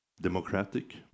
democratic